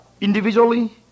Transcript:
individually